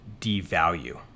devalue